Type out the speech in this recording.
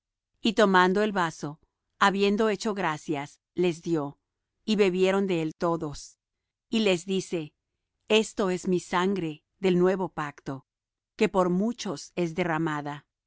y tomando el vaso habiendo hecho gracias les dió y bebieron de él todos y les dice esto es mi sangre del nuevo pacto que por muchos es derramada